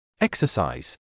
Exercise